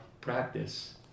practice